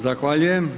Zahvaljujem.